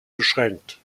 beschränkt